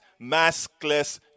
maskless